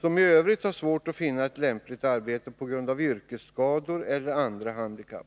som i övrigt har svårt att finna ett lämpligt arbete på grund av yrkesskador eller andra handikapp.